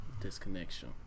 Disconnection